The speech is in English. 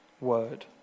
word